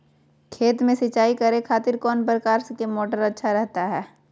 खेत में सिंचाई करे खातिर कौन प्रकार के मोटर अच्छा रहता हय?